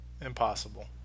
Impossible